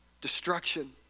destruction